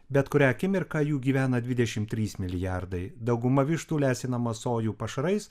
bet kurią akimirką jų gyvena dvidešimt trys milijardai dauguma vištų lesinama sojų pašarais